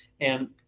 and-